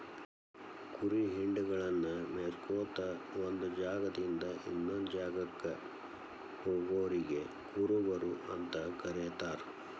ಕುರಿ ಹಿಂಡಗಳನ್ನ ಮೇಯಿಸ್ಕೊತ ಒಂದ್ ಜಾಗದಿಂದ ಇನ್ನೊಂದ್ ಜಾಗಕ್ಕ ಹೋಗೋರಿಗೆ ಕುರುಬರು ಅಂತ ಕರೇತಾರ